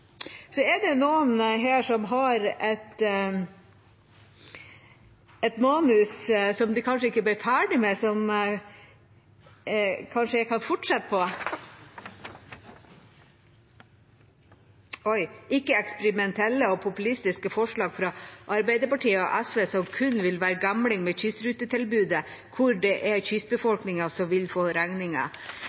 Så er det noen her som har glemt et manus, som de kanskje ikke ble ferdig med, og som jeg kanskje kan fortsette på. Der står det: ikke eksperimentelle og populistiske forslag fra Arbeiderpartiet og SV som kun vil være gambling med kystrutetilbudet, hvor det er kystbefolkningen som vil få